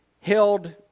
held